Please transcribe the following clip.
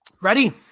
Ready